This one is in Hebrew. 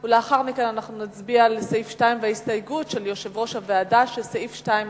ועל ההסתייגות של יושב-ראש הוועדה, שסעיף 2 יימחק.